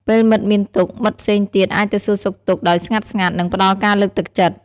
ពេលមិត្តមានទុក្ខ មិត្តផ្សេងទៀតអាចទៅសួរសុខទុក្ខដោយស្ងាត់ៗ និងផ្ដល់ការលើកទឹកចិត្ត។